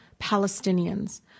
Palestinians